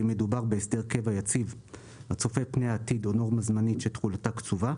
האם מדובר על הסדר קבע יציב הצופה פני עתיד או --- של אותה קצובה.